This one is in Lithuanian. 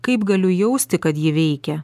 kaip galiu jausti kad ji veikia